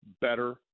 better